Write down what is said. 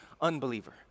unbeliever